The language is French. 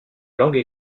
langue